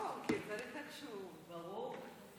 לא, כי צריך איכשהו, ברור.